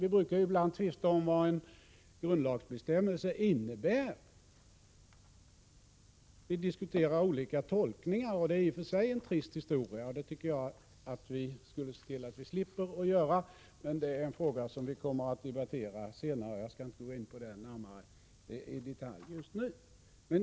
Vi brukar ibland tvista om vad en grundlagsbestämmelse innebär, vi diskuterar olika tolkningar, och detta är i och för sig en trist historia. Jag tycker att vi borde se till att vi slipper sådana tvister, men det problemet kommer vi att debattera senare. Jag skall inte i detalj gå in på den saken just nu.